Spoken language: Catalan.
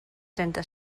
trenta